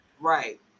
Right